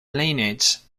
lineages